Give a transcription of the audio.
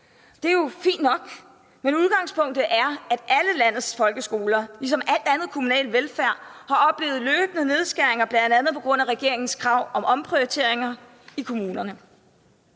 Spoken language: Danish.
Det er jo fint nok, men udgangspunktet er, at alle landets folkeskoler, ligesom al anden kommunal velfærd, har oplevet løbende nedskæringer, bl.a. på grund af regeringens krav om omprioriteringer i kommunerne.